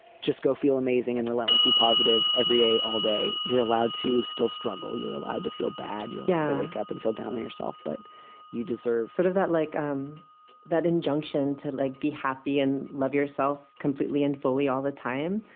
just go feel amazing and relentlessly positive every day. all day. you're allowed to still struggle. you're allowed to feel bad. you yeah wake up and feel down on yourself but you deserve some sort of that, like um that injunction to like be happy and love yourself completely and fully all the time.